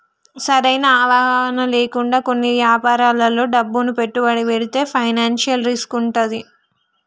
సరైన అవగాహన లేకుండా కొన్ని యాపారాల్లో డబ్బును పెట్టుబడితే ఫైనాన్షియల్ రిస్క్ వుంటది